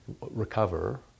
recover